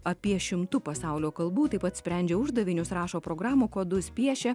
apie šimtu pasaulio kalbų taip pat sprendžia uždavinius rašo programų kodus piešia